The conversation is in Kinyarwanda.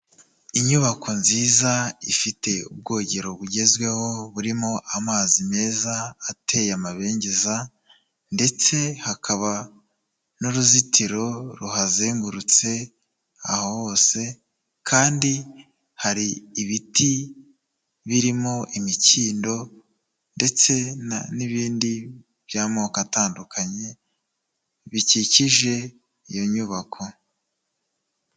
Inyubako nziza ifite ubwogero bugezweho, burimo amazi meza ateye amabengeza ndetse hakaba n'uruzitiro ruhazengurutse aho hose kandi hari ibiti birimo imikindo ndetse n'ibindi by'amoko atandukanye, bikikije iyo nyubako.